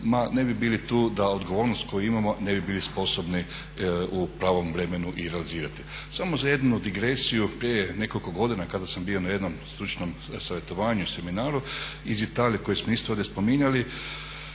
Ne bi bili tu da odgovornost koju imamo, ne bi bili sposobni u pravom vremenu i realizirati. Samo za jednu digresiju prije nekoliko godina kada sam bio na jednom stručnom savjetovanju, seminaru iz Italije koju smo isto ovdje spominjali,